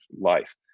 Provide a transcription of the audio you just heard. life